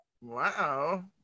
wow